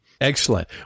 Excellent